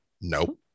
no